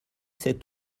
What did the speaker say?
sept